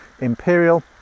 imperial